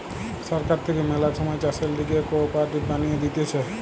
সরকার থাকে ম্যালা সময় চাষের লিগে কোঅপারেটিভ বানিয়ে দিতেছে